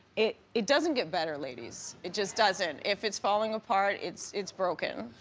it it doesn't get better, ladies. it just doesn't. if it's falling apart, it's it's broken.